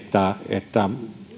että